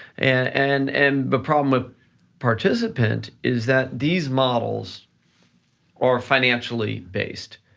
and and the problem with participant is that these models are financially based.